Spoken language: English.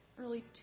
early